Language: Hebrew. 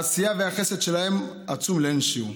העשייה והחסד שלהם עצומים לאין שיעור.